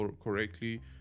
correctly